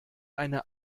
eine